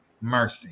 Mercy